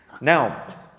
Now